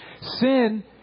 Sin